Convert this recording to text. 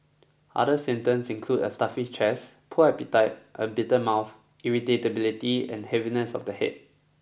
other symptoms include a stuffy chest poor appetite a bitter mouth irritability and heaviness of the head